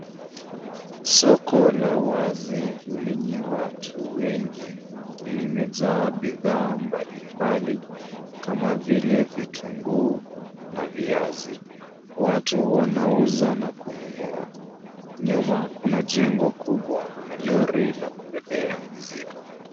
Soko la wazi lenye watu wengi limejaa bidhaa mbali mbali kama vile vitunguu na viazi. Watu wanauza na kununua. Nyuma kuna jengo kubwa na lori la kubebea mizigo.